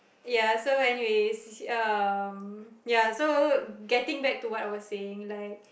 ya so anyways um ya so getting back to what I was saying like